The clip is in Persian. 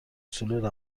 اصول